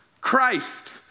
Christ